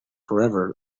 forever